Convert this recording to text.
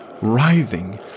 writhing